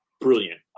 brilliant